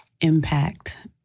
impact